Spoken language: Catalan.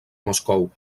moscou